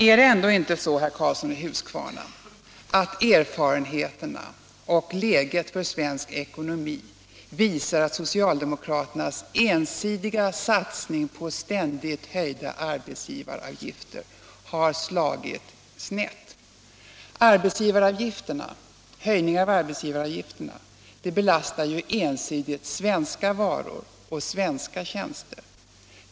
Men erfarenheterna och läget för svensk ekonomi visar att socialdemokraternas entydiga satsning på ständigt höjda arbetsgivaravgifter har slagit snett. En höjning av arbetsgivaravgifterna belastar ensidigt svenska varor och svenska tjänster.